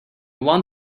want